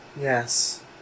Yes